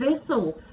vessel